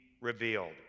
revealed